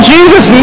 Jesus